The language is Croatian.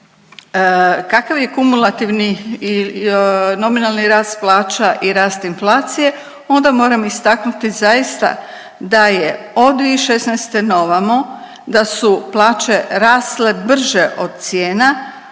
kakav je kumulativni i nominalni rast plaća i rast inflacije onda moram istaknuti zaista da je od 2016. naovamo da su plaće rasle brže od cijena,